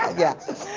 yes.